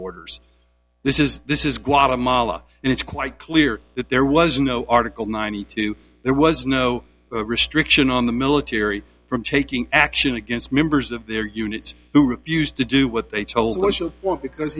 orders this is this is guatemala and it's quite clear that there was no article ninety two there was no restriction on the military from taking action against members of their units who refused to do what they told was a war because